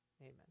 Amen